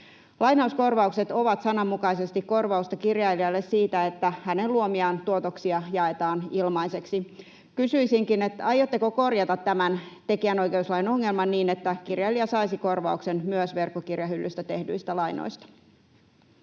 Lainauskorvaukset ovat sananmukaisesti korvausta kirjailijalle siitä, että hänen luomiaan tuotoksia jaetaan ilmaiseksi. Kysyisinkin: aiotteko korjata tämän tekijänoikeuslain ongelman niin, että kirjailija saisi korvauksen myös verkkokirjahyllystä tehdyistä lainoista?